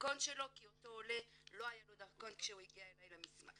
הדרכון שלו כי לאותו עולה לא היה דרכון כשהוא הגיע אלי למשרד.